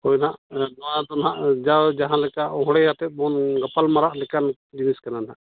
ᱦᱳᱭ ᱱᱟᱦᱟᱜ ᱱᱚᱣᱟ ᱫᱚ ᱱᱟᱦᱟᱜ ᱡᱟᱶ ᱡᱟᱦᱟᱸ ᱞᱮᱠᱟ ᱚᱬᱦᱮ ᱟᱛᱮᱫᱵᱚᱱ ᱜᱟᱯᱟᱞ ᱢᱟᱨᱟᱜ ᱞᱮᱠᱟᱱ ᱡᱤᱥᱤ ᱠᱟᱱᱟ ᱱᱟᱦᱟᱜ